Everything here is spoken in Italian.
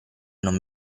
non